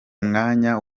mwanya